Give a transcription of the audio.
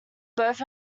both